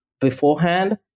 beforehand